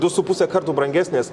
du su puse karto brangesnės